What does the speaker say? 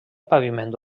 paviment